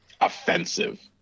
offensive